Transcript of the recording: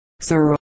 sir